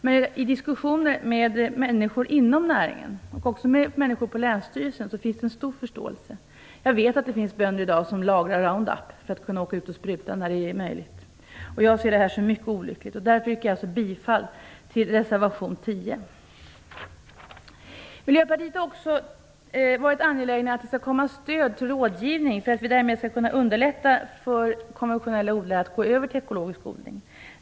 Men hos människor inom näringen och på länsstyrelsen finns det en stor förståelse. Jag vet att det i dag finns bönder som lagrar Round-Up för att kunna åka ut och spruta när det är möjligt. Jag tycker att det är mycket olyckligt. Därför yrkar jag bifall till reservation 10. Miljöpartiet har också varit angeläget om att det skall införas ett stöd till rådgivning för att man skall kunna underlätta för konventionella odlare att gå över till ekologisk odling.